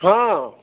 ହାଁ